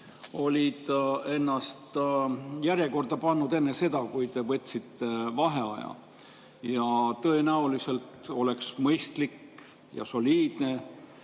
olid ennast järjekorda pannud enne seda, kui te võtsite vaheaja. Tõenäoliselt oleks olnud mõistlik, soliidne